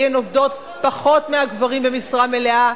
כי הן עובדות פחות מהגברים במשרה מלאה,